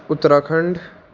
Uttarakhand